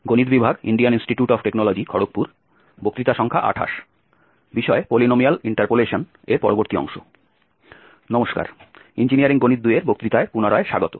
নমস্কার ইঞ্জিনিয়ারিং গণিত 2 এর বক্তৃতায় পুনরায় স্বাগত